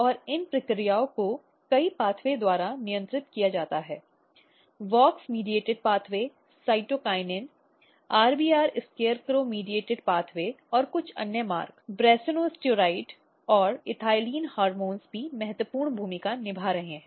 और इन प्रक्रियाओं को कई मार्गों द्वारा नियंत्रित किया जाता है WOX5 मध्यस्थ मार्ग साइटोकिनिन RBR SCARECROW मध्यस्थ मार्ग और कुछ अन्य मार्ग ब्रोसिनोस्टेरॉइड और एथिलीन हार्मोन भी महत्वपूर्ण भूमिका निभा रहे हैं